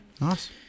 nice